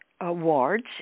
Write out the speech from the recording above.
awards